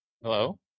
Hello